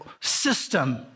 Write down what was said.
system